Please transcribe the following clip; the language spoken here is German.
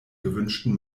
gewünschten